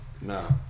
No